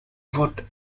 vote